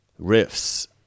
riffs